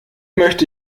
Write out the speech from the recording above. möchte